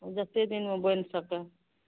जते दिनमे बैनि सकै